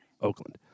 Oakland